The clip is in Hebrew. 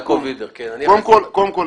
קודם כול,